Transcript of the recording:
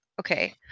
okay